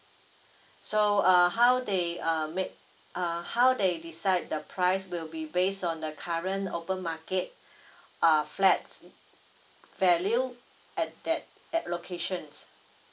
so err how they err made err how they decide the price will be based on the current open market err flats value at that that locations